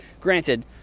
Granted